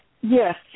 Yes